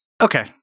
Okay